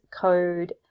code